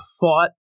fought